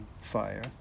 fire